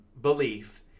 belief